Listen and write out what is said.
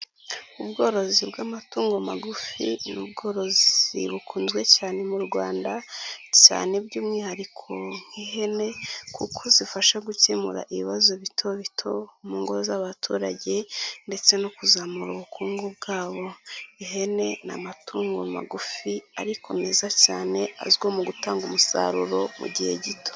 Ubworozi bw'amatungo magufi ni ubworo bukunzwe cyane mu Rwanda cyane by'umwihariko nk'ihene kuko zifasha gukemura ibibazo bito bito mu ngo z'abaturage ndetse no kuzamura ubukungu bwabo, ihene ni amatungo magufi ariko meza cyane azwiho mu gutanga umusaruro mu gihe gito.